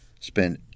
spend